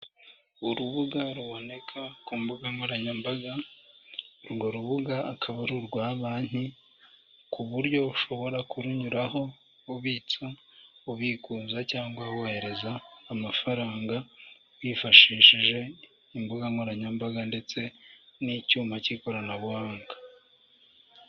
Urubuga ruboneka ku mbuga nkoranyambaga, urwo rubuga akaba ari urwa banki ku buryo ushobora kurunyuraho ubitsa, ubikuza cyangwa wohereza amafaranga wifashishije imbuga nkoranyambaga ndetse n'icyuma cy'ikoranabuhanga.